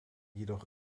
jedoch